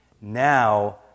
Now